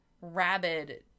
rabid